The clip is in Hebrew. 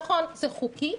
נכון, זה חוקי.